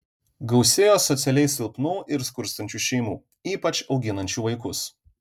gausėjo socialiai silpnų ir skurstančių šeimų ypač auginančių vaikus